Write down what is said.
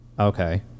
Okay